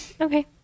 Okay